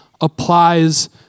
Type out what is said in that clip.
applies